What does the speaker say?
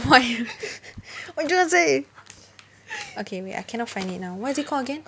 !wah! you what you tryna say okay wait I cannot find it now what is it called again